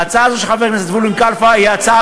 ההצעה הזאת של חבר הכנסת זבולון כלפה היא הצעה